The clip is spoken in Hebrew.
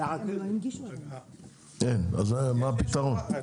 אין אז מה הפתרון?